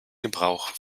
gebrauch